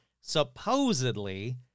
supposedly